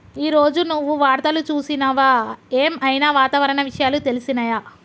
ఈ రోజు నువ్వు వార్తలు చూసినవా? ఏం ఐనా వాతావరణ విషయాలు తెలిసినయా?